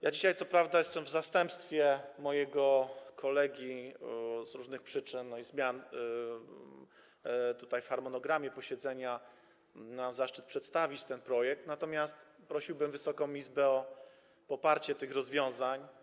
Ja dzisiaj co prawda w zastępstwie mojego kolegi - z różnych przyczyn, zmian w harmonogramie posiedzenia - miałem zaszczyt przedstawić ten projekt, natomiast prosiłbym Wysoką Izbę o poparcie tych rozwiązań.